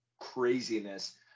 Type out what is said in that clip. craziness